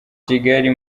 kigali